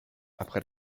après